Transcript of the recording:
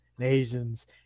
Asians